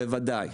בוודאי.